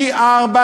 פי-ארבעה,